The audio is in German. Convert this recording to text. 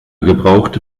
gebraucht